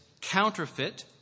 counterfeit